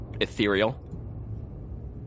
ethereal